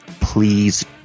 please